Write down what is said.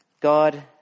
God